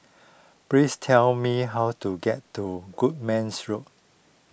please tell me how to get to Goodmans Road